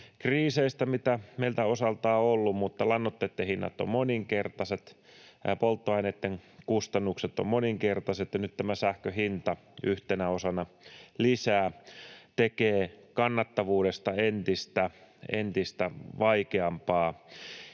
kriiseistä, mitä meillä osaltaan on ollut, mutta lannoitteitten hinnat ovat moninkertaiset, polttoaineitten kustannukset ovat moninkertaiset, ja nyt tämä sähkön hinta yhtenä osana lisäksi tekee kannattavuudesta entistä vaikeampaa.